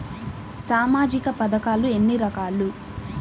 సామాజిక పథకాలు ఎన్ని రకాలు?